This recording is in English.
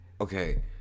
okay